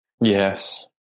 Yes